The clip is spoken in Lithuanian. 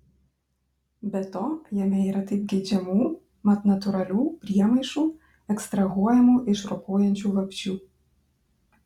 be to jame yra taip geidžiamų mat natūralių priemaišų ekstrahuojamų iš ropojančių vabzdžių